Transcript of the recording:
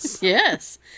Yes